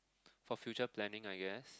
for future planning I guess